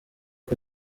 aho